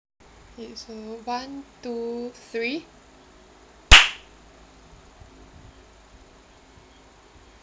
okay so one two three